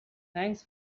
thanks